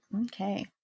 Okay